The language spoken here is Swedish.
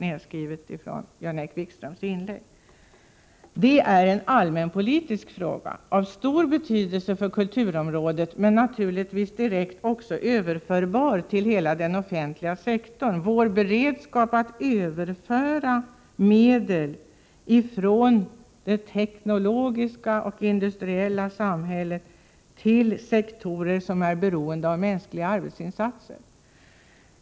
Detta är en allmänpolitisk fråga av stor betydelse för kulturområdet, men naturligtvis är den också direkt överförbar till hela den offentliga sektorn. Det handlar om vår beredskap att överföra medel från det teknologiska och industriella samhället till sektorer som är beroende av mänskliga arbetsinsatser.